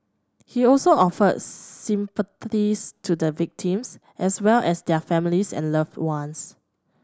he also offered sympathies to the victims as well as their families and loved ones